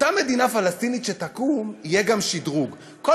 באותה מדינה פלסטינית שתקום יהיה גם שדרוג: כל